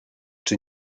czy